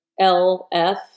LF